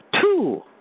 two